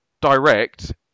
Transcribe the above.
direct